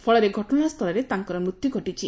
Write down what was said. ଫଳରେ ଘଟଣାସ୍ଥଳରେ ତାଙ୍କର ମୁତ୍ୟୁ ଘଟିଛି